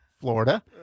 Florida